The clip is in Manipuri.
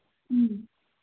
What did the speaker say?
ꯎꯝ